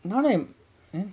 நானு:naanu